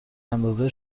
اندازه